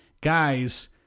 guys